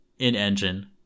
In-engine